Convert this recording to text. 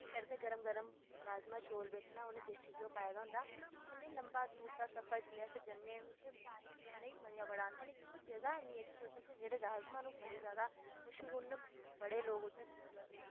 ओह् केह् करदे गर्म गर्म राजमांह् चौल च उनें देसी घ्योऽ पाए दा होंदा लेकिन लम्बा ते दूर दा सफर जेल्लै अस जन्ने ते उत्थै रुट्टी खानै गी मज़ा बड़ा औंदा ते ओह् जगह् इन्नी जैदा अच्छी ऐ ते राजमांह् उत्थै दे बड़े मश्हूर न ते बड़े बड़े दूरा लोक उत्थै औंदे